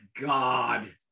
God